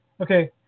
Okay